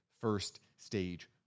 first-stage